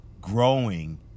Growing